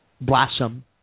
blossom